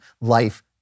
life